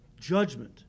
judgment